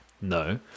No